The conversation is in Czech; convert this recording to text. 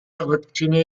elektřiny